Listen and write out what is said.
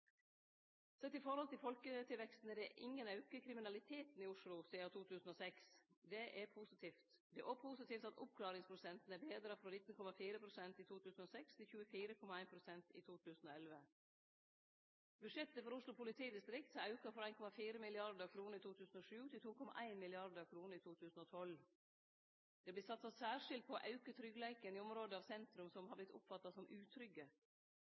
Sett i forhold til folketilveksten er det ingen auke i kriminaliteten i Oslo sidan 2006. Det er positivt. Det er òg positivt at oppklaringsprosenten er betra frå 19,4 pst. i 2006 til 24,1 pst. i 2011. Budsjettet for Oslo politidistrikt har auka frå 1,4 mrd. kr i 2007 til 2,1 mrd. kr i 2012. Det vert satsa særskilt på å auke tryggleiken i område av sentrum som har vorte oppfatta som utrygge.